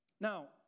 Now